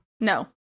No